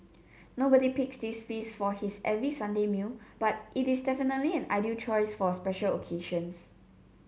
nobody picks this feast for his every Sunday meal but it is definitely an ideal choice for special occasions